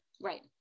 Right